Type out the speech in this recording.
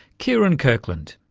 kieron kirkland.